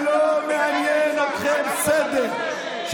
שלא מעניין אתכם סדר,